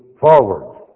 forward